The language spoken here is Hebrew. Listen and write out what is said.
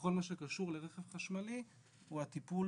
בכל מה שקשור לרכב חשמלי הוא הטיפול